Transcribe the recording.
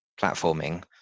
platforming